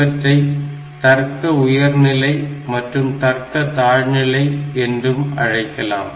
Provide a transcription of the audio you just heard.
இவற்றை தர்க்க உயர்நிலை மற்றும் தர்க்க தாழ்நிலை என்றும் அழைக்கலாம்